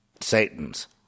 Satan's